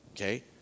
okay